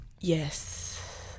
Yes